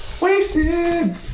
Wasted